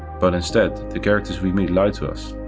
but instead the characters we meet lie to us,